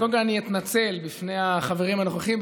קודם כול אני אתנצל בפני החברים הנוכחים,